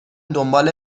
دنبال